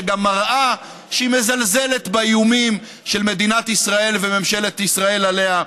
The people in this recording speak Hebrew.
שגם מראה שהיא מזלזלת באיומים של מדינת ישראל וממשלת ישראל עליה,